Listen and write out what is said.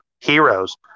Heroes